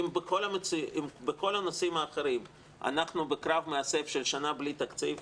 אם בכל הנושאים האחרים אנחנו בקרב מאסף של שנה בלי תקציב,